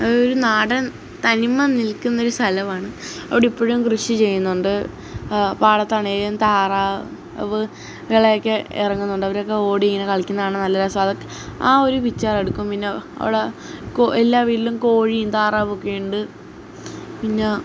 അതൊരു നാടൻ തനിമ നിൽക്കുന്നൊരു സ്ഥലമാണ് അവിടെയിപ്പോഴും കൃഷി ചെയ്യുന്നുണ്ട് പാടത്താണെങ്കിലും താറാവുകളെയൊക്കെ ഇറങ്ങുന്നുണ്ട് അവരൊക്കെ ഓടി ഇങ്ങനെ കളിക്കുന്നത് കാണാൻ നല്ല രസമാണ് അത് ആ ഒരു പിച്ചെറെടുക്കും പിന്നെ അവിടെ എല്ലാ വീട്ടിലും കോഴിയും താറാവും ഒക്കെയുണ്ട് പിന്നെ